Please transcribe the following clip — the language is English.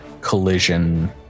Collision